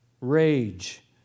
rage